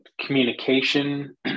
communication